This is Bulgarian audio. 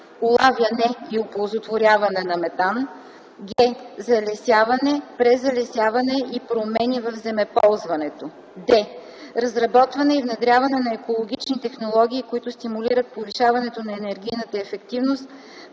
улавяне и оползотворяване на метан; г) залесяване, презалесяване и промени в земеползването; д) разработване и внедряване на екологични технологии, които стимулират повишаването на енергийната ефективност